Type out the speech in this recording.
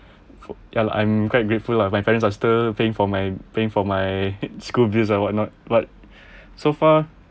ya I'm quite grateful lah my parents are still paying for my paying for my school bills or whatnot but so far